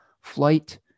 flight